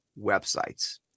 websites